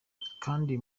kandi